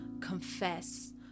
confess